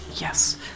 Yes